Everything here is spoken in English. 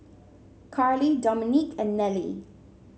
Carlie Dominique and Nelie